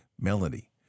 melody